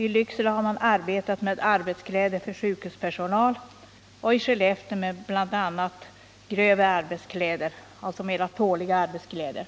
I Lycksele har man arbetat med arbetskläder för sjukhuspersonal och i Skellefteå med bl.a. grövre, alltså mer tåliga, arbetskläder.